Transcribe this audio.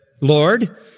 Lord